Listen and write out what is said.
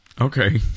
Okay